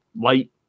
light